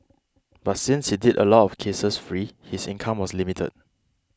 but since he did a lot of cases free his income was limited